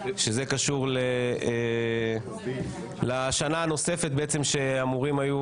שזה קשור לשנה הנוספת שאמורים היו